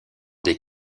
des